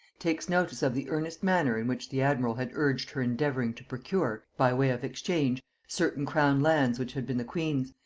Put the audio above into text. takes notice of the earnest manner in which the admiral had urged her endeavouring to procure, by way of exchange, certain crown lands which had been the queen's,